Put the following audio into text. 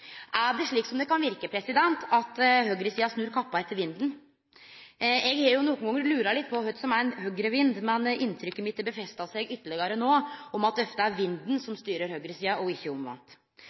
Er det slik som det kan verke, at høgresida snur kappa etter vinden? Eg har nokre gonger lura litt på kva som er ein Høgre-vind, men inntrykket mitt har festa seg ytterlegare no, at det ofte er vinden som styrer høgresida, og ikkje omvendt.